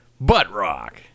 Butt-rock